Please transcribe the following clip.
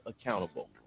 accountable